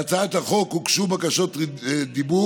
להצעת החוק הוגשו בקשות דיבור.